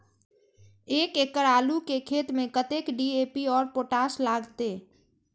एक एकड़ आलू के खेत में कतेक डी.ए.पी और पोटाश लागते?